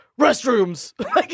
Restrooms